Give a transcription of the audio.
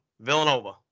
Villanova